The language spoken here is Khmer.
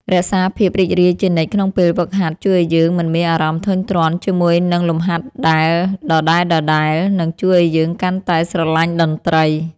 រក្សាភាពរីករាយជានិច្ចក្នុងពេលហ្វឹកហាត់ជួយឱ្យយើងមិនមានអារម្មណ៍ធុញទ្រាន់ជាមួយនឹងលំហាត់ដែលដដែលៗ និងជួយឱ្យយើងកាន់តែស្រឡាញ់តន្ត្រី។